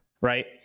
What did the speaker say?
Right